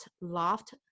loft